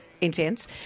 intense